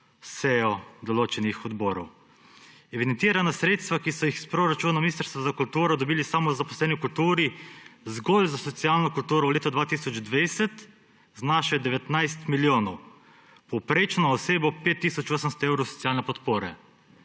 sejo določenih odborov. Evidentirana sredstva, ki so jih iz proračuna Ministrstva za kulturo dobili samozaposleni v kulturi, zgolj za socialno kulturo v letu 2020 znašajo 19 milijonov, povprečno na osebo 5 tisoč 800 evrov socialne podpore.